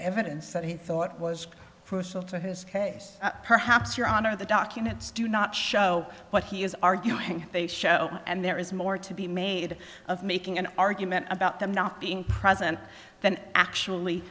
evidence that he thought was crucial to his case perhaps your honor the documents do not show what he is arguing they show and there is more to be made of making an argument about them not being present than actually